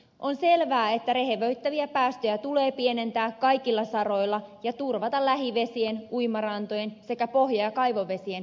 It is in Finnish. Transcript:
on selvää että rehevöittäviä päästöjä tulee pienentää kaikilla saroilla ja turvata lähivesien uimarantojen sekä pohja ja kaivovesien hyvä kunto